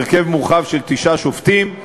בהרכב מורחב של תשעה שופטים,